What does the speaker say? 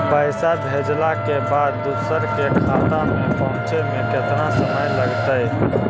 पैसा भेजला के बाद दुसर के खाता में पहुँचे में केतना समय लगतइ?